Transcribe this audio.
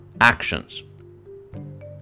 actions